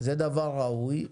זה דבר ראוי.